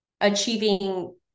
achieving